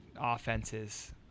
Offenses